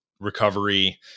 recovery